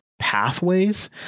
pathways